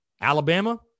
Alabama